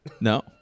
no